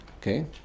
Okay